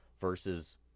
versus